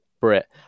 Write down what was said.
Brit